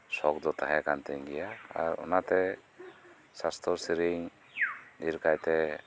ᱥᱚᱠᱫᱚ ᱛᱟᱦᱮᱸ ᱠᱟᱱᱛᱤᱧ ᱜᱮᱭᱟ ᱟᱨ ᱚᱱᱟᱛᱮ ᱥᱟᱥᱛᱚ ᱥᱤᱨᱤᱧ ᱰᱷᱤᱨᱠᱟᱭᱛᱮ